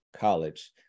college